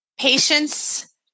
patience